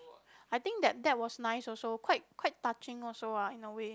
I think that that was nice also quite quite touching also what in a way